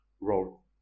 role